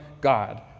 God